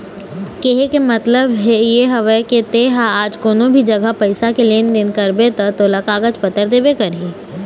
केहे के मतलब ये हवय के ते हा आज कोनो भी जघा पइसा के लेन देन करबे ता तोला कागज पतर देबे करही